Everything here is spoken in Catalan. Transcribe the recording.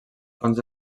fonts